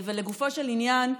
ולגופו של עניין.